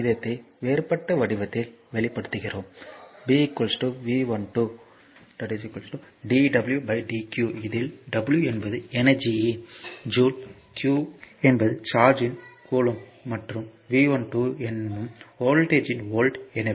இந்த விகிதத்தை வேறுபட்ட வடிவத்தில் வெளிப்படுத்துகிறோம் bvV12 d w dq இதில் w என்பது எனர்ஜியின் ஜூல் q என்பது சார்ஜ்யின் கூலொம்ப் மற்றும் V12 எனும் வோல்ட்டேஜ்யின் வோல்ட்